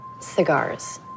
cigars